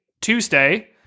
Tuesday